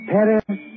Paris